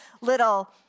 little